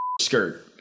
skirt